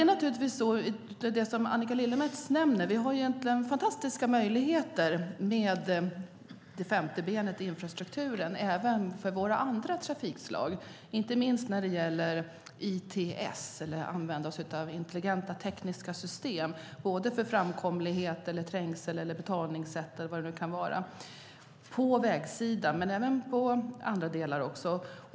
Som Annika Lillemets säger har vi egentligen fantastiska möjligheter med det femte benet i infrastrukturen även för våra andra trafikslag. Inte minst gäller det ITS och användandet av intelligenta tekniska system för framkomlighet, betalningssätt eller vad det nu kan vara på vägsidan men även på andra delar.